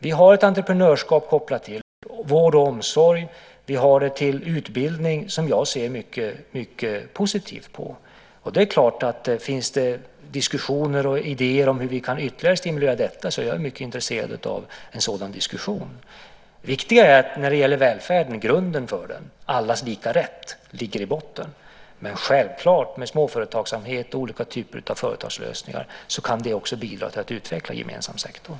Vi har ett entreprenörskap kopplat till vård och omsorg. Vi har det kopplat till utbildning, som jag ser mycket positivt på. Det är klart att finns det diskussioner och idéer om hur vi kan stimulera detta ytterligare är jag mycket intresserad av en sådan diskussion. Det viktiga när det gäller välfärden är att grunden för den, allas lika rätt, ligger i botten. Men självklart kan också småföretagsamhet och olika typer av företagslösningar bidra till att utveckla den gemensamma sektorn.